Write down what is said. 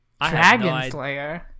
Dragonslayer